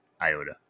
iota